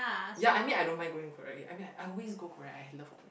ya I mean I don't mind going Korea I mean like I always go Korea I love